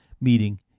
meeting